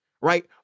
right